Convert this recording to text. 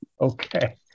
Okay